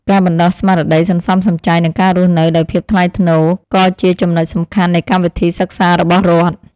ការបណ្តុះស្មារតីសន្សំសំចៃនិងការរស់នៅដោយភាពថ្លៃថ្នូរក៏ជាចំណុចសំខាន់នៃកម្មវិធីសិក្សារបស់រដ្ឋ។